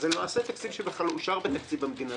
שלמעשה הוא תקציב שכבר אושר בתקציב המדינה,